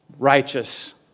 Righteous